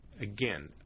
again